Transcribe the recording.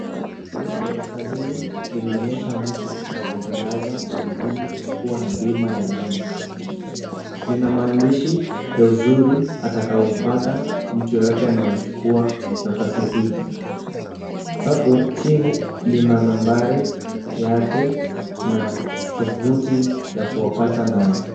Poster hili linaonyesha mtu anayetangaza umuhimu wa kuwa na bima ya nyumba. Lina maandishi ya uzuri atakaoupata mtu yeyote anayochukua nafasi hii. Hapo chini lina nambari yake na tovuti ya kuwapata nayo.